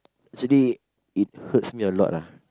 actually it hurts me a lot lah